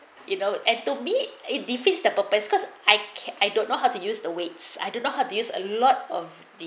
you know and to me it defeats the purpose cause I can I don't know how to use the weights I don't know how to use a lot of the